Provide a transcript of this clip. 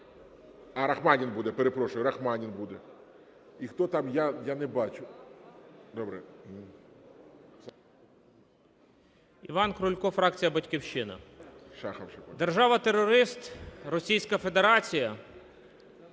А Рахманін буде, перепрошую, Рахманін буде. І хто там? Я не бачу. Добре. 12:05:42 КРУЛЬКО І.І. Іван Крулько, фракція "Батьківщина". Держава-терорист Російська Федерація